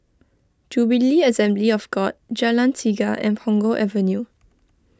Jubilee Assembly of God Jalan Tiga and Punggol Avenue